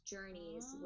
Journeys